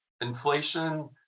inflation